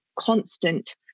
constant